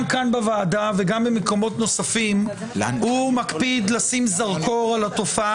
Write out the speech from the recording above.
בוועדה וגם במקומות נוספים הוא מקפיד לשים זרקור על התופעה